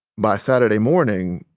by saturday morning,